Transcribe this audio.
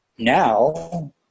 Now